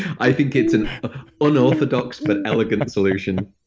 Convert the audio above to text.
i think it's an unorthodox but elegant and solution